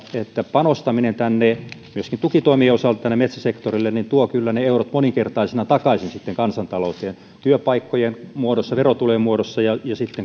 että panostaminen myöskin tukitoimien osalta metsäsektorille tuo kyllä ne moninkertaisina takaisin kansantalouteen työpaikkojen muodossa verotulojen muodossa ja